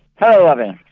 hello robyn.